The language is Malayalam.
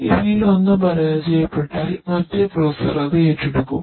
ഇവയിൽ ഒന്ന് പരാജയപ്പെട്ടാൽ മറ്റേ പ്രോസസർ അത് ഏറ്റെടുക്കും